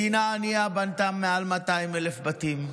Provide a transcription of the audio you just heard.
מדינה ענייה בנתה מעל 200,000 בתים,